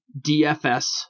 DFS